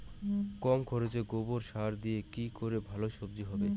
কম খরচে গোবর সার দিয়ে কি করে ভালো সবজি হবে?